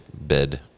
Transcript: bed